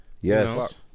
Yes